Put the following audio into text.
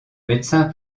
médecin